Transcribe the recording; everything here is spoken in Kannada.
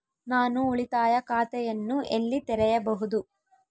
ನಾನು ಉಳಿತಾಯ ಖಾತೆಯನ್ನು ಎಲ್ಲಿ ತೆರೆಯಬಹುದು?